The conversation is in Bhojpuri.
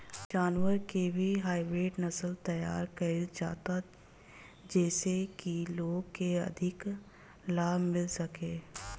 जानवर के भी हाईब्रिड नसल तैयार कईल जाता जेइसे की लोग के अधिका लाभ मिल सके